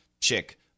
chick